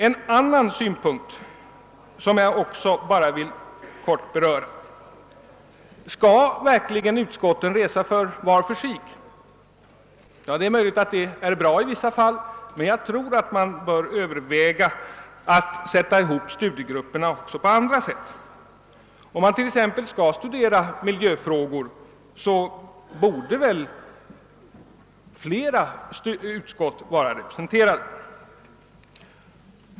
En annan sak vill jag också kort beröra: Skall verkligen utskotten resa var för sig? Det är möjligt att det är bra i vissa fall, men jag tror att man bör överväga att sätta ihop studiegruppen också på annat sätt. Om t.ex. miljöfrågor skall studeras, borde väl flera utskott vara representerade.